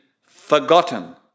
forgotten